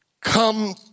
come